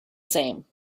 same